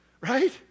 Right